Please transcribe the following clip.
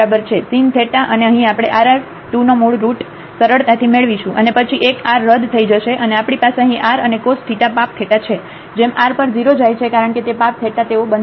sin theta અને અહીં આપણે r r 2નો મૂળ રૂટ સરળતાથી મેળવીશું અને પછી એક r રદ થઈ જશે અને આપણી પાસે અહીં r અને કોસ થીટા પાપ થેટા છે જેમ r પર 0 જાય છે કારણ કે તે પાપ થેટા તેઓ બંધાયેલા છે